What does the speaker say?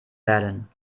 wählen